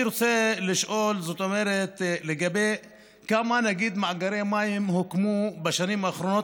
אני רוצה לשאול כמה מאגרי מים נגיד הוקמו בשנים האחרונות